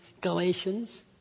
Galatians